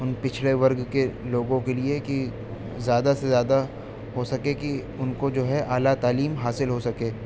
ان پچھڑے ورگ کے لوگوں کے لیے کہ زیادہ سے زیادہ ہو سکے کہ ان کو جو ہے اعلیٰ تعلیم حاصل ہو سکے